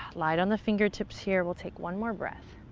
light on the fingertips here, we'll take one more breath.